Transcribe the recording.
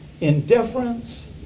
indifference